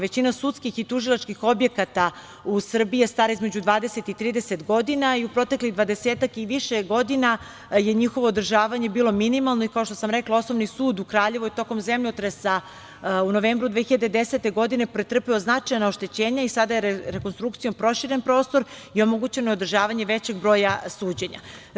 Većina sudskih i tužilačkih objekata u Srbiji je stara između 20 i 30 godina i u proteklih dvadesetak i više godina je njihovo održavanje bilo minimalno i, kao što sam rekla, Osnovni sud u Kraljevu je tokom zemljotresa u novembru 2010. godine pretrpeo značajna oštećenja i sada je rekonstrukcijom proširen prostor i omogućeno je održavanje većeg broja suđenja.